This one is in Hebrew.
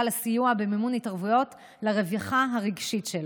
לסיוע במימון התערבויות לרווחה הרגשית שלו.